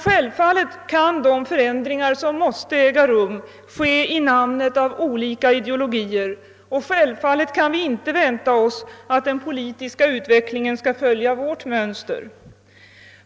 Självfallet kan de förändringar som måste äga rum vidtagas i namn av olika ideologier och självfallet kan vi inte vänta oss att den politiska utvecklingen skall följa vårt mönster.